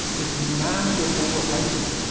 it's massive over-hyping